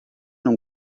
non